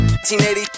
1980